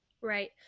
Right